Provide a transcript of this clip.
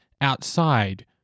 outside